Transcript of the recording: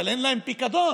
אבל אין להם פיקדון.